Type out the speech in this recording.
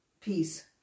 peace